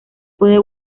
puede